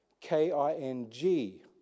K-I-N-G